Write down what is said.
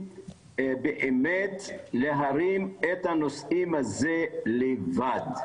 באמת להרים את הנושאים האלו לבד,